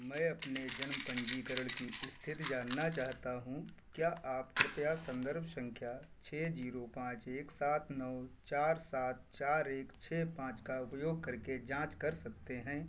मैं अपने जन्म पंजीकरण की स्थिति जानना चाहता हूँ क्या आप कृपया संदर्भ संख्या छः जीरो पाँच एक सात नौ चार सात चार एक छः पाँच का उपयोग करके जाँच कर सकते हैं